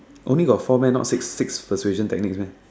only got four meh not six six persuasion techniques meh